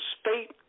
state